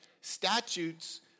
Statutes